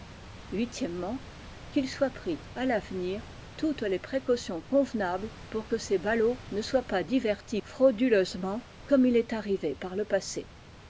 qu'il soit pris à l'avenir toutes les précautions convenables pour que ces ballots ne soient pas divertis frauduleusement comme il est arrivé par le passé